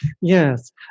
yes